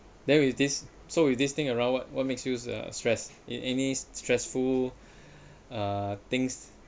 there is this so with this thing around what what makes you uh stress in any stressful uh things